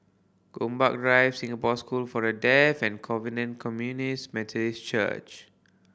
Gombak Drive Singapore School for The Deaf and Covenant Communities Methodist Church